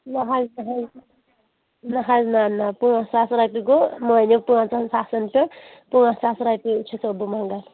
نہ حظ نہ حظ نہ نہ پانٛژھ ساس رۄپیہِ گوٚو مٲنِو پانٛژَن ساسَن چھِ پانٛژھ ساس رۄپیہِ چھُ سو بہٕ منٛگان